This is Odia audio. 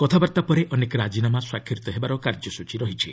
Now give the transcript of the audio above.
କଥାବାର୍ତ୍ତା ପରେ ଅନେକ ରାଜିନାମା ସ୍ୱାକ୍ଷରିତ ହେବାର କାର୍ଯ୍ୟସୂଚୀ ରହିଛି